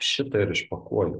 šitą ir išpakuoju